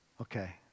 Okay